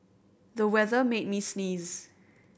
the weather made me sneeze